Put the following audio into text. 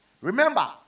Remember